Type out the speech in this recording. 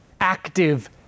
active